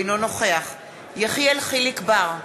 אינו נוכח יחיאל חיליק בר,